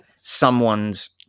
someone's